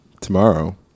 Tomorrow